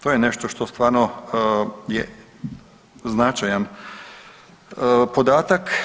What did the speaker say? To je nešto što stvarno je značajan podatak.